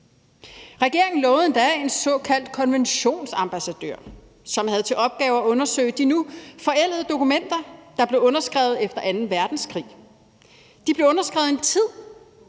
Regeringen lovede endda en såkaldt konventionsambassadør, som skulle have til opgave at undersøge de nu forældede dokumenter, der blev underskrevet efter anden verdenskrig. De blev underskrevet i en tid,